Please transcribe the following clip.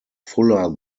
fuller